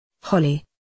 Holly